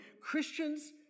Christians